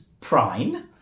Prime